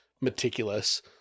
meticulous